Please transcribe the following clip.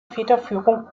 federführung